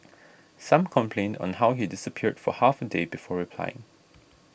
some complained on how he disappeared for half a day before replying